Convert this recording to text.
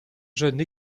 jeune